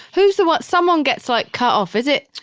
who's the one? someone gets like cut off. is it?